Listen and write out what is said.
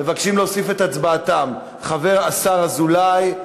מבקשים להוסיף את הצבעתם השר אזולאי,